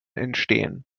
entstehen